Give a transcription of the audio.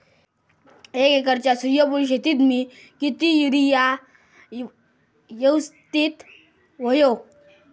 एक एकरच्या सूर्यफुल शेतीत मी किती युरिया यवस्तित व्हयो?